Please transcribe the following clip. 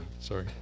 sorry